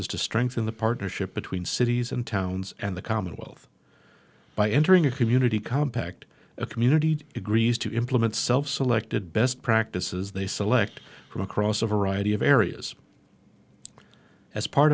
s to strengthen the partnership between cities and towns and the commonwealth by entering a community compact a community agrees to implement self selected best practices they select from across a variety of areas as part